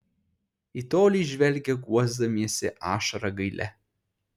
į tolį žvelgia guosdamiesi ašara gailia